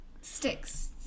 Sticks